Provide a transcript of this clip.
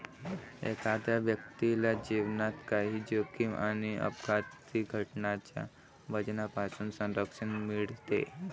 एखाद्या व्यक्तीला जीवनात काही जोखीम आणि अपघाती घटनांच्या वजनापासून संरक्षण मिळते